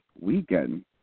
weekend